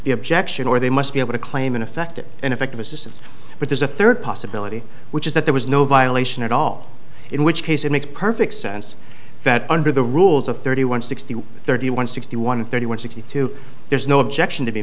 the objection or they must be able to claim ineffective ineffective assistance but there's a third possibility which is that there was no violation at all in which case it makes perfect sense that under the rules of thirty one sixty thirty one sixty one thirty one sixty two there's no objection to be